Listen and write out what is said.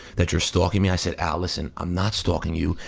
that you're stalking me. i said, al, listen, i'm not stalking you,